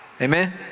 amen